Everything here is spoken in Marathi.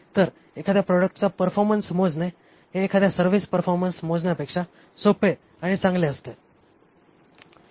तर एखाद्या प्रॉडक्टचा परफॉर्मन्स मोजणे हे एखाद्या सर्व्हिसचा परफॉर्मन्स मोजण्यापेक्षा सोपे आणि चांगले असते